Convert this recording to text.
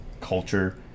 culture